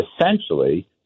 essentially